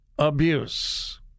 Abuse